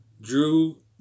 Drew